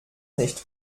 nicht